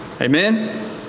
Amen